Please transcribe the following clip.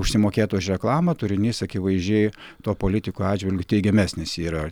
užsimokėta už reklamą turinys akivaizdžiai to politiko atžvilgiu teigiamesnis yra